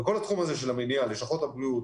וכל התחום הזה של מניעה לשכות הבריאות,